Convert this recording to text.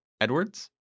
Edwards